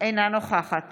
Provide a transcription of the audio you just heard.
אינה נוכחת